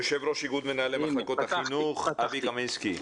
יו"ר אגוד מנהלי מחלקות החינוך אבי קמינסקי,